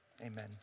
Amen